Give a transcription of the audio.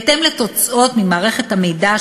בהתאם לתוצאות ממערכת המידע,